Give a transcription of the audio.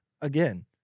Again